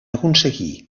aconseguir